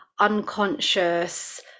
unconscious